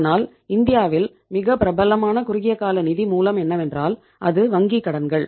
ஆனால் இந்தியாவில் மிக பிரபலமான குறுகியகால நிதி மூலம் என்னவென்றால் அது வங்கி கடன்கள்